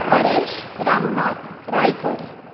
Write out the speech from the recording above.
Paresh Ramnath Raikar